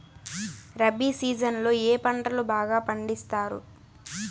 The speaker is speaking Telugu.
రబి సీజన్ లో ఏ పంటలు బాగా పండిస్తారు